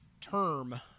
term